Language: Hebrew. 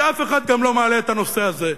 כי אף אחד גם לא מעלה את הנושא הזה.